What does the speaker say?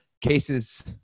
cases